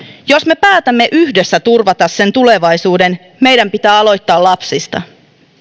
jos me päätämme yhdessä turvata sen tulevaisuuden meidän pitää aloittaa lapsista